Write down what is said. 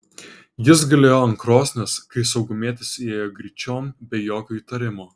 jis gulėjo ant krosnies kai saugumietis įėjo gryčion be jokio įtarimo